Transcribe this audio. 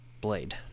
Blade